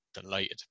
delighted